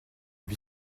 est